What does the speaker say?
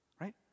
Right